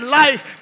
life